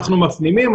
אנחנו מפנימים,